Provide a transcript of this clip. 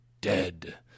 dead